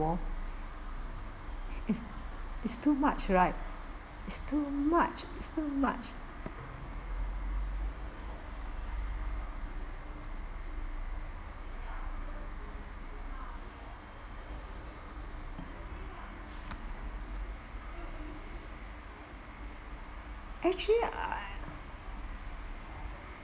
wall it's it's too much right it's too much it's too much actually I I